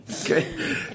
Okay